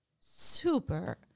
super